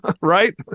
Right